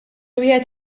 wieħed